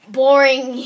boring